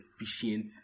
efficient